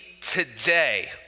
today